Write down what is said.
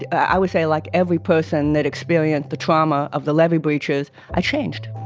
i would say, like every person that experienced the trauma of the levee breaches, i changed